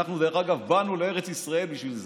דרך אגב, אנחנו באנו לארץ ישראל בשביל זה.